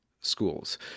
schools